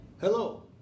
Hello